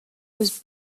was